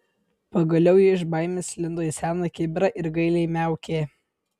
pagaliau ji iš baimės įlindo į seną kibirą ir gailiai miaukė